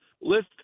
list